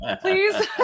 please